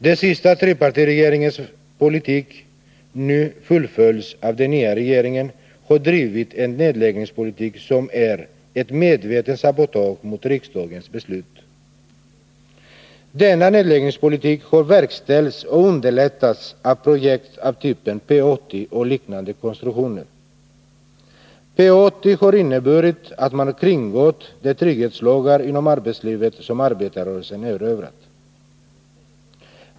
Den sista trepartiregeringen vars politik nu fullföljs av den nya regeringen har drivit en nedläggningspolitik som är ett medvetet sabotage mot riksdagens beslut. Denna nedläggningspolitik har verkställts och underlättats av projekt av typen P 80 och liknande konstruktioner. P 80 har inneburit att man kringgått de trygghetslagar inom arbetslivet som arbetarrörelsen erövrat.